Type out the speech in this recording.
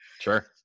Sure